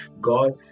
God